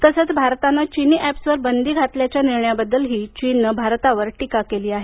तसेच भारतानं चीनी एप्सवर बंदी घातल्याच्या निर्णयाबद्दलही टीका चीननं टीका केली आहे